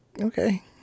Okay